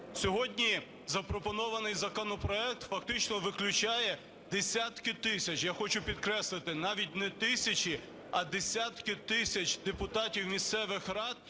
Сьогодні запропонований законопроект фактично виключає десятки тисяч (я хочу підкреслити, навіть не тисячі, а десятки тисяч) депутатів місцевих рад,